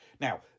now